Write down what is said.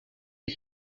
ich